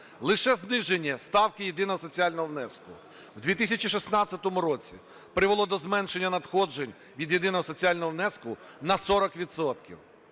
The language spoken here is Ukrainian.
Лише зниження ставки єдиного соціального внеску в 2016 році привело до зменшення надходжень від єдиного соціального внеску на 40